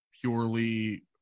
purely